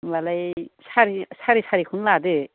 होम्बालाय सारि सारे सारिखौनो लादो